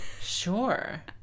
Sure